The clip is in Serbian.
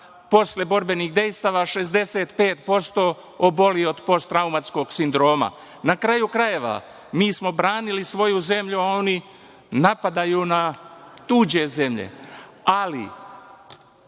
posle borbenih dejstava 65% oboli od posttraumatskog sindroma. Na kraju krajeva, mi smo branili svoju zemlju, a oni napadaju na tuđe zemlje. Ali,